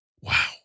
Wow